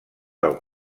del